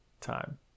time